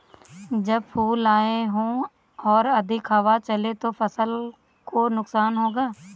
जब फूल आए हों और अधिक हवा चले तो फसल को नुकसान होगा?